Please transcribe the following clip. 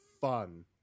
fun